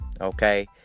Okay